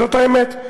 זאת האמת.